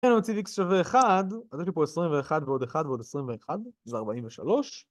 הנה מציב x שווה 1, אז יש לי פה 21 ועוד 1 ועוד 21, זה 43